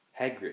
Hagrid